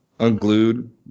unglued